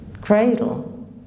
cradle